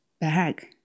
bag